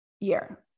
year